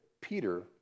Peter